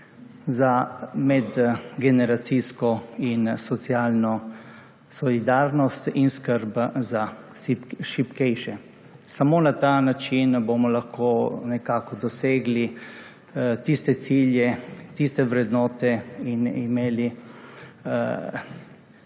za medgeneracijsko in socialno solidarnost ter skrb za šibkejše. Samo na ta način bomo lahko nekako dosegli tiste cilje, tiste vrednote in imeli